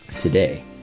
Today